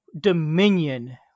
Dominion